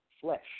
flesh